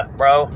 bro